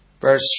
Verse